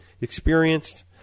experienced